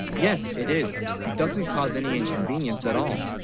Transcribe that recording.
yes it is it doesn't cause any inconvenience at all?